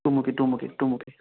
টুমুকী টুমুকী টুমুকী